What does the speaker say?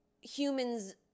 humans